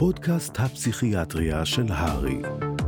פודקאסט הפסיכיאטריה של הרי.